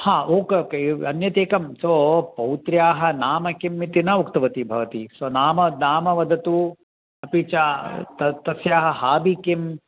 हा ओके अन्यदेकं सो पौत्र्याः नाम किम् इति न उक्तवती भवती सो नाम नाम वदतु अपि च त तस्याः हाबि किम्